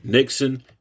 Nixon